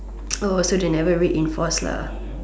oh so they never reinforce lah